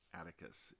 Atticus